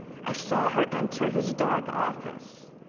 i saw her enter his dark office.